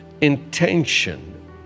intention